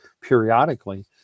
periodically